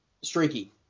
streaky